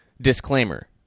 Disclaimer